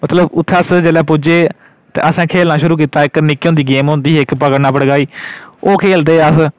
मतलब उत्थै अस जिसलै पुज्जे असें खेढना शुरु कीता इक निक्के होंदी होंदी ही बन्ना फड़काई खेढदे हे अस